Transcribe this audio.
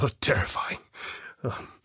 terrifying